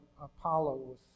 Apollos